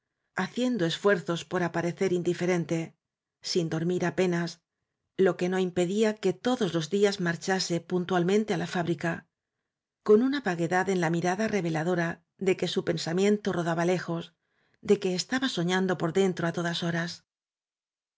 haciendo esfuerzos por aparecer indiferente sin dormir apenas lo que no impedía que todos los días marchase puntualmente á la fábrica con una vaguedad en la mirada reveladora de que su pensamiento rodaba lejos de que estaba soñando por den tro á todas horas